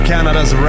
Canada's